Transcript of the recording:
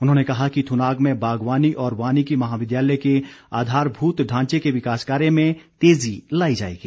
उन्होंने कहा कि थुनाग में बागवानी और वानिकी महाविद्यालय के आधारभूत ढांचे के विकास कार्य में तेज़ी लाई जाएगी